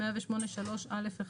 108(3)(א)(1),